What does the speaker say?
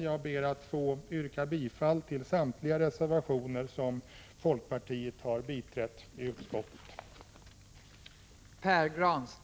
Jag ber att få yrka bifall till samtliga reservationer som folkpartiet har biträtt i utskottet.